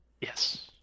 Yes